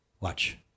Watch